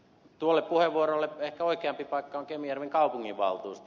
tuolle puheenvuorolle ehkä oikeampi paikka on kemijärven kaupunginvaltuusto